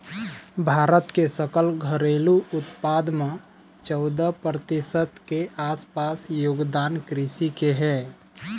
भारत के सकल घरेलू उत्पाद म चउदा परतिसत के आसपास योगदान कृषि के हे